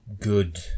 good